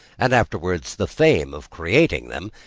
and afterwards the fame of creating them.